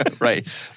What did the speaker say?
Right